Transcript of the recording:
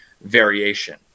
variation